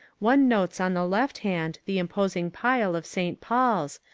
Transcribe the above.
one notes on the left hand the imposing pile of st. paul's,